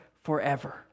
forever